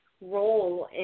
role